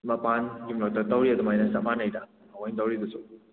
ꯃꯄꯥꯟꯒꯤ ꯃꯔꯛꯇ ꯇꯧꯔꯤ ꯑꯗꯨꯃꯥꯏꯅ ꯆꯞ ꯃꯥꯟꯅꯩꯗ ꯃꯣꯏꯅ ꯇꯧꯔꯤꯗꯨꯁꯨ